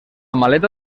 maleta